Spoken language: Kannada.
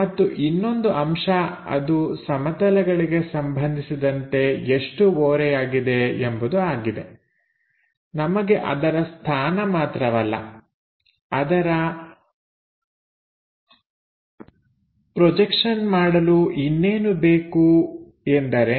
ಮತ್ತು ಇನ್ನೊಂದು ಅಂಶ ಅದು ಸಮತಲಗಳಿಗೆ ಸಂಬಂಧಿಸಿದಂತೆ ಎಷ್ಟು ಓರೆಯಾಗಿದೆ ಎಂಬುದು ಆಗಿದೆ ನಮಗೆ ಅದರ ಸ್ಥಾನ ಮಾತ್ರವಲ್ಲ ಅದರ ಪ್ರೊಜೆಕ್ಷನ್ ಮಾಡಲು ಇನ್ನೇನು ಬೇಕು ಎಂದರೆ